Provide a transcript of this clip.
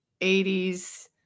80s